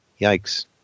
Yikes